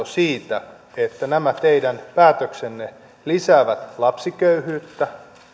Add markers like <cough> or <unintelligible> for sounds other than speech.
<unintelligible> siitä että nämä teidän päätöksenne lisäävät lapsiköyhyyttä